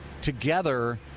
together